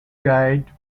guide